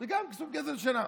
זה סוג גזל שינה.